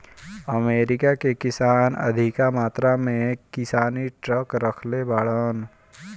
America कअ किसान अधिका मात्रा में किसानी ट्रक रखले बाड़न